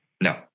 No